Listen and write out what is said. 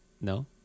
No